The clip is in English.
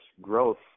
growth